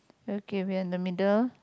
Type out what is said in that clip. okay we are in the middle